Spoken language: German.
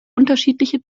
unterschiedliche